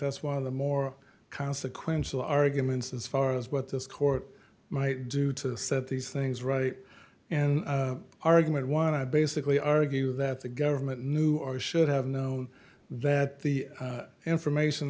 that's one of the more consequential arguments as far as what this court might do to set these things right and argument why basically argue that the government knew or should have know that the information